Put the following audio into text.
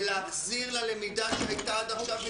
ולהחזיר ללמידה שהייתה עד עכשיו.